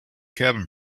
cabin